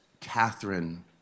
Catherine